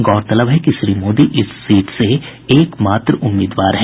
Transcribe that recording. गौरतलब है कि श्री मोदी इस सीट से एक मात्र उम्मीदवार हैं